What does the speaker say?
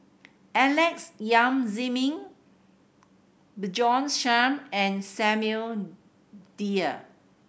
Alex Yam Ziming Bjorn Shen and Samuel Dyer